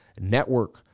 Network